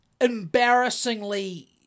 embarrassingly